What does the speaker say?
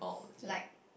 like